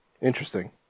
Interesting